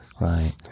Right